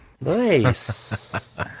nice